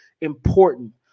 important